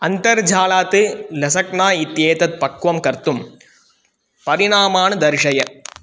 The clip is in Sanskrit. अन्तर्जालात् लसक्ना इत्येतत् पक्वं कर्तुं परिणामान् दर्शय